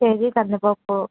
KG కందిపప్పు